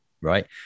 right